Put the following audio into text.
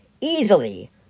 easily